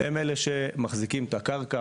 הם אלה שמחזיקים את הקרקע,